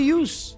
use